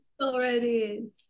already